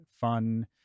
fun